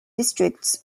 districts